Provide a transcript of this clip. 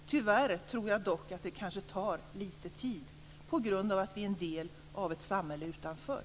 Tyvärr tror jag dock att det tar lite tid på grund av att vi är en del av ett samhälle utanför.